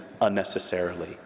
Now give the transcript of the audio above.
unnecessarily